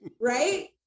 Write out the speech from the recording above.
right